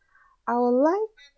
I would like